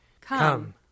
Come